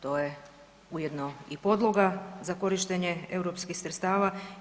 To je ujedno i podloga za korištenje europskih sredstava.